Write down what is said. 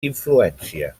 influència